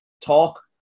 talk